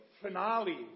finale